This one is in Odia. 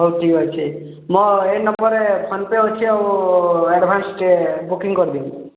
ହଉ ଠିକ୍ ଅଛି ମୁଁ ଏହି ନମ୍ବର ରେ ଫୋନ ପେ ଅଛି ଆଉ ଆଡ଼ଭାନ୍ସ ବୁକିଙ୍ଗି କରିଦିଅନ୍ତୁ